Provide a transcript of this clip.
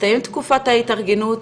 מסתיימת תקופת ההתארגנות,